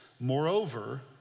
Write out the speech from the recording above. Moreover